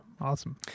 awesome